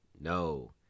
No